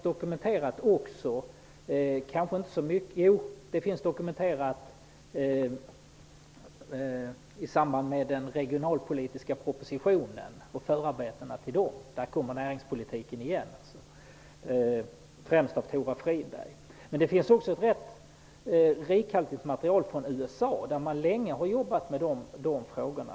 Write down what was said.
Detta finns dokumenterat i samband med den regionalpolitiska propositionen och förarbetena till den, främst av Tora Friberg. Det finns också ett rikhaltigt material från USA, där man länge har jobbat med de frågorna.